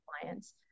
clients